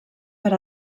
per